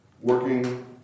working